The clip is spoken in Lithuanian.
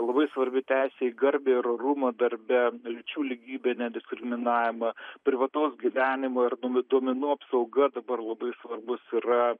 labai svarbi teisė į garbę ir orumą darbe lyčių lygybę nediskriminavimą privataus gyvenimo ir duom duomenų apsauga dabar labai svarbus yra